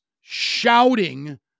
shouting